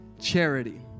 charity